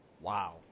wow